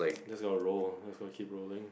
just gonna roar just gonna keep roaring